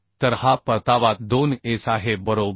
तर हा परतावा 2S आहे बरोबर